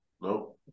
No